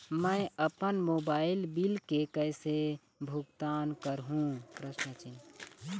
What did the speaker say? मैं अपन mobile bill के कैसे भुगतान कर हूं?